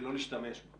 ולא להשתמש בו,